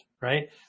right